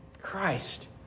christ